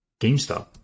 GameStop